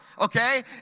Okay